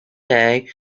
day